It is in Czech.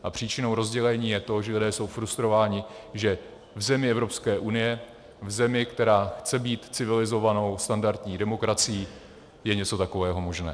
A příčinou rozdělení je to, že lidé jsou frustrováni, že v zemi Evropské unie, v zemi, která chce být civilizovanou standardní demokracií, je něco takového možné.